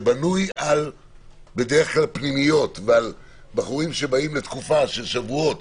שבנוי בדרך כלל על פנימיות ועל בחורים שבאים לתקופה של שבועות